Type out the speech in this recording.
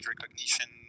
recognition